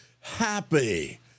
happy